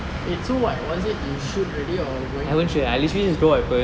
eh so what was it you shoot already or